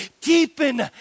deepen